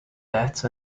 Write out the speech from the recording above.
debt